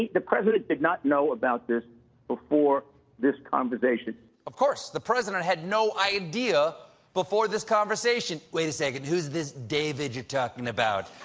the president did not know about this before this conversation. stephen of course. the president had no idea before this conversation. wait a second. who's this david you're talking about?